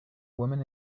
woman